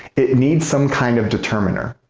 it needs some kind of determiner.